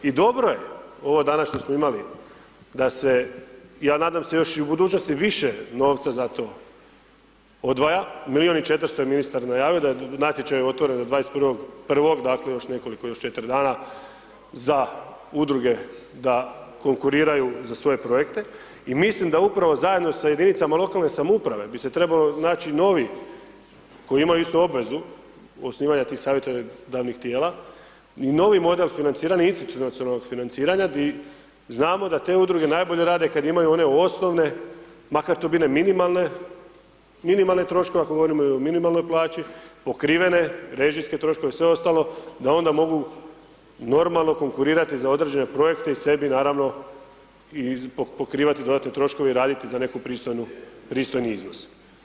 I dobro je ovo danas što smo imali, da se, ja nadam se još i u budućnosti više novca za to odvaja, milijun i 400 je ministar najavio, da je natječaj otvoren do 21.1., dakle još nekoliko, još 4 dana za udruge da konkuriraju za svoje projekte i mislim da upravo zajedno sa jedinicama lokalne samouprave bi se trebalo naći novi, koji imaju isto obvezu osnivanja tih savjetodavnih tijela i novi model financiranja, institucionalnog financiranja gdje znamo da te Udruge najbolje rade kad imaju one osnovne, makar to bile minimalne troškove, ako govorimo i o minimalnoj plaći, pokrivene režijske troškove i sve ostalo, da onda mogu normalno konkurirati za određene projekte i sebi naravno pokrivati dodatne troškove i raditi za neki pristojni iznos.